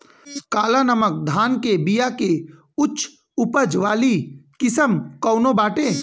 काला नमक धान के बिया के उच्च उपज वाली किस्म कौनो बाटे?